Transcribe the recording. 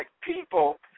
people